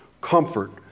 comfort